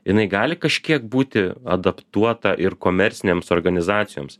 jinai gali kažkiek būti adaptuota ir komercinėms organizacijoms